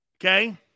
Okay